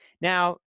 Now